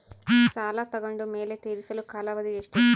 ಸಾಲ ತಗೊಂಡು ಮೇಲೆ ತೇರಿಸಲು ಕಾಲಾವಧಿ ಎಷ್ಟು?